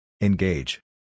Engage